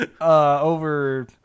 over